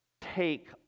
take